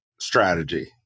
strategy